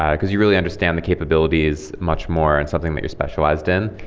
um because you really understand the capabilities much more in something that you're specialized in,